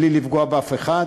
בלי לפגוע באף אחד,